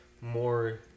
more